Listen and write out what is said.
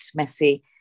Messi